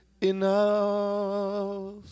Enough